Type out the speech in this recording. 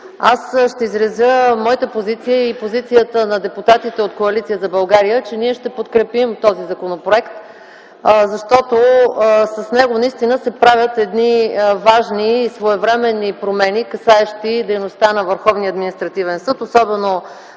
Аз ще изразя моята позиция и позицията на депутатите от Коалиция за България, че ние ще подкрепим този законопроект, защото с него наистина се правят едни важни своевременни промени, касаещи дейността на